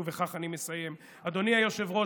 ובכך אני מסיים: אדוני היושב-ראש,